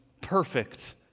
perfect